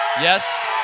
Yes